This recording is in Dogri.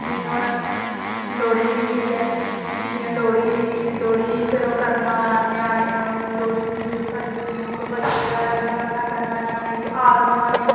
जियां हून लोह्ड़ी होई गेई ऐ जियां लोह्ड़ी होई गेई फिर ओह् करना लेह्ड़ी गी ओहे करदे मुंगफली बगैरा इयां बड़ा करना ञेयाणे गी हार बनाने